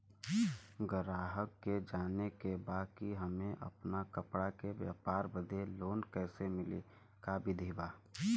गराहक के जाने के बा कि हमे अपना कपड़ा के व्यापार बदे लोन कैसे मिली का विधि बा?